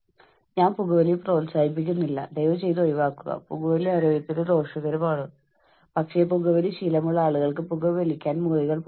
നിങ്ങളുടെ ജോലി പരിതസ്ഥിതിയിൽ ക്ഷേമത്തിന്റെയും ആശ്വാസത്തിന്റെയും അന്തരീക്ഷം നിലനിർത്തുന്നതിൽ മാനേജ്മെന്റിന് എത്രത്തോളം താൽപ്പര്യമുണ്ട് അല്ലെങ്കിൽ മാനേജ്മെന്റ് എത്രത്തോളം പ്രതിജ്ഞാബദ്ധമാണ്